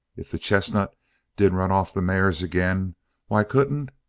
if the chestnut did run off the mares again why couldn't